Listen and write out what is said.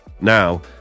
Now